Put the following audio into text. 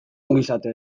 ongizate